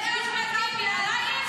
אמרתי לי שאת פועלת להוסיף עוד מנדט